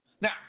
Now